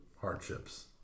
hardships